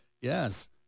Yes